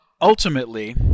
ultimately